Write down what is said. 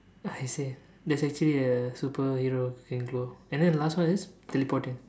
I see there is actually a superhero who can glow and the last one is teleporting